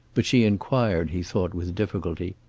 but she inquired, he thought with difficulty,